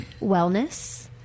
wellness